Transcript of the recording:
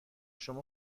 شما